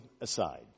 aside